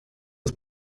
los